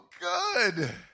good